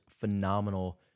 phenomenal